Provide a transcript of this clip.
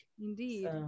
Indeed